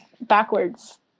backwards